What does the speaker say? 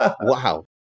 Wow